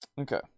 Okay